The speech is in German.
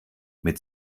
mit